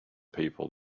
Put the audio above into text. people